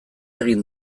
egin